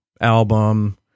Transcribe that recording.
album